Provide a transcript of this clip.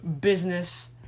Business